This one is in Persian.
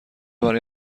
برای